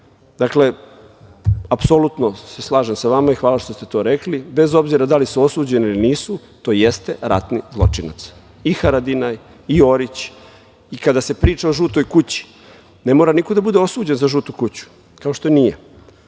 Dakle, apsolutno se slažem sa vama i hvala što ste to rekli. Bez obzira da li su osuđeni ili nisu, to jeste ratni zločinac i Haradinaj i Orić. Kada se priča o žuto kući, ne mora niko da bude osuđen za žutu kuću, kao što nije,